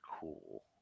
cool